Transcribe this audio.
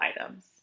items